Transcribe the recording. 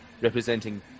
representing